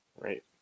right